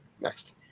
Next